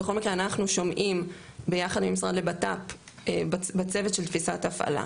בכל מקרה אנחנו שומעים ביחד עם משרד לבט"פ בצוות של תפיסת הפעלה,